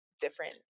different